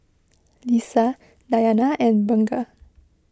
Lisa Dayana and Bunga